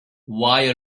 why